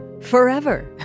forever